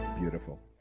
beautiful